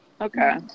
Okay